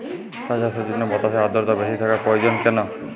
চা চাষের জন্য বাতাসে আর্দ্রতা বেশি থাকা প্রয়োজন কেন?